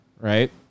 right